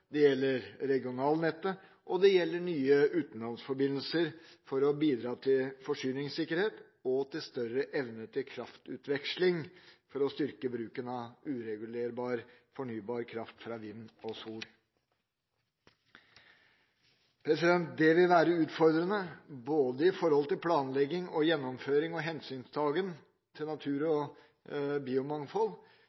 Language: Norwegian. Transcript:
Det gjelder sentralnettet, det gjelder regionalnettet og det gjelder nye utenlandsforbindelser, for å bidra til forsyningssikkerhet og større evne til kraftutveksling for å styrke bruken av uregulerbar fornybar kraft fra vind og sol. Det vil være utfordrende med hensyn til både planlegging og gjennomføring og hensyntaken til natur